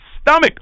stomach